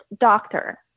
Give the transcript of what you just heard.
doctor